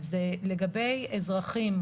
לגבי אזרחים,